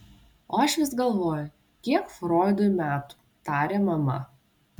o aš vis galvoju kiek froidui metų tarė mama